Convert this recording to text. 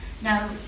Now